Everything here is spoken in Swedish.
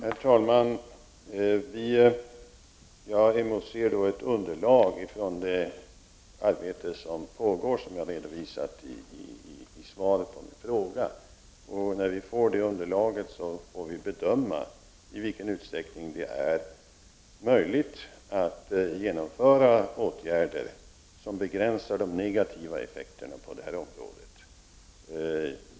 Herr talman! Jag emotser ett underlag från det arbete som pågår och som jag har redovisat i svaret på frågan. När vi har fått det underlaget får vi bedöma i vilken utsträckning det blir möjligt att genomföra åtgärder som begränsar de negativa effekterna på detta område.